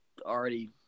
already